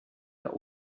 der